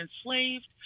enslaved